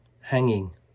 hanging